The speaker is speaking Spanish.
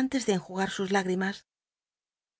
antes de enjugar sus hígaimas